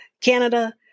Canada